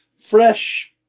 Fresh